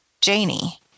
Janie